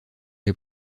les